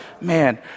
man